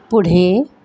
पुढे